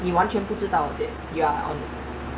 你完全不知道 that you are um